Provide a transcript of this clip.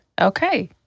Okay